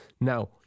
Now